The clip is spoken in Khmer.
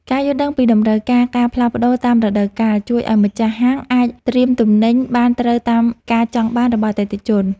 ការយល់ដឹងពីតម្រូវការការផ្លាស់ប្តូរតាមរដូវកាលជួយឱ្យម្ចាស់ហាងអាចត្រៀមទំនិញបានត្រូវតាមការចង់បានរបស់អតិថិជន។